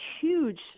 huge